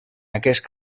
aquest